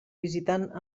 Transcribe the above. visitant